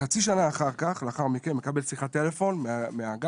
חצי שנה אחר כך אני מקבל שיחת טלפון מהאגף,